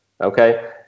Okay